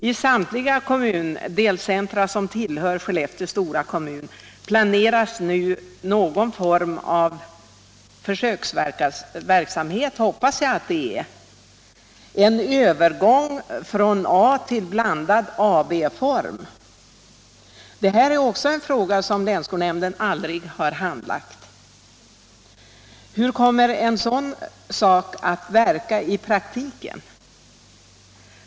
I samtliga kommundelscentra som tillhör Skellefteå stora kommun planeras nu någon form av försöksverksamhet — hoppas jag att det är — med en övergång från A till blandad AB-form. Detta är också en fråga som länsskolnämnden aldrig har handlagt. Hur kommer detta att verka i praktiken?